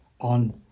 on